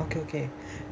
okay okay